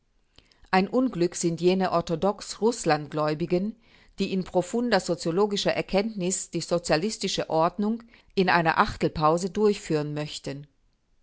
ein unglück sind jene orthodox rußlandgläubigen die in profunder soziologischer erkenntnis die sozialistische ordnung in einer achtelpause durchführen möchten